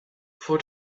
for